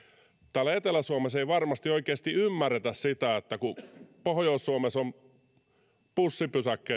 täällä etelä suomessa ei varmasti oikeasti ymmärretä sitä että kun pohjois suomessa on bussipysäkki